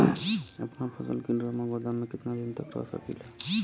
अपना फसल की ड्रामा गोदाम में कितना दिन तक रख सकीला?